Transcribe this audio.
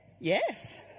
yes